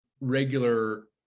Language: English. regular